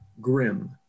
grim